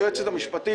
היועצת המשפטית,